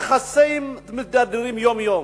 היחסים מידרדרים יום-יום.